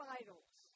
idols